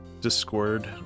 discord